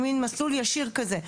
זה מין מסלול ישיר כזה,